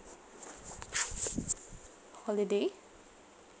holiday